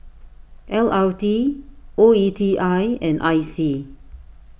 L R T O E T I and I C